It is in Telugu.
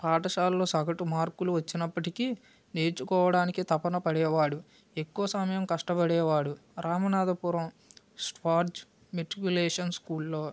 పాఠశాలలో సగటు మార్కులు వచ్చినప్పటికీ నేర్చుకోవడానికి తపన పడేవాడు ఎక్కువ సమయం కష్టపడేవాడు రామనాథపురం స్క్వార్ట్జ్ మెట్రిక్యూలేషన్ స్కూల్లో